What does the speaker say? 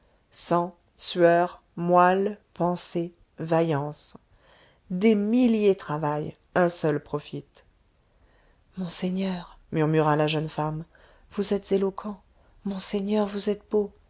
sueur moelle pensée vaillance des milliers travaillent un seul profite monseigneur murmura la jeune femme vous êtes éloquent monseigneur vous êtes beau